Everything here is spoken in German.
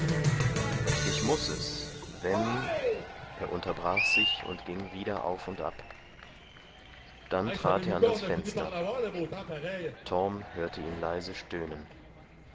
ich muß es wenn er unterbrach sich und ging wieder auf und ab dann trat er an das fenster torm hörte ihn leise stöhnen